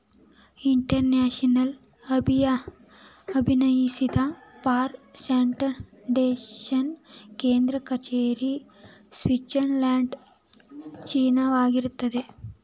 international ಅಭಿನಯಿಸಿದ for standardization ಕೇಂದ್ರ ಕಚೇರಿ ಸ್ವಿಡ್ಜರ್ಲ್ಯಾಂಡ್ ಜಿನೀವಾದಲ್ಲಿದೆ